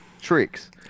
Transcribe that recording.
tricks